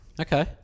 Okay